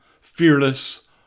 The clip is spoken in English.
fearless